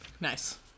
nice